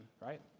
right